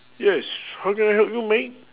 yes how can I help you mate